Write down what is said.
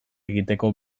egiteko